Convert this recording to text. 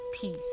peace